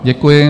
Děkuji.